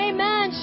Amen